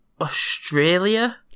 Australia